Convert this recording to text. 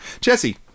Jesse